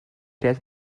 ряд